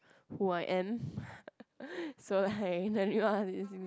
who I am so like